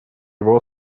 его